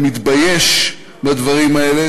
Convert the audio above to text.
אני מתבייש בדברים האלה.